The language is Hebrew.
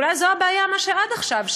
ואולי זו הבעיה עם מה שעד עכשיו,